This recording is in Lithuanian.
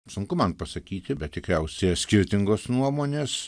sunku man pasakyti bet tikriausiai skirtingos nuomonės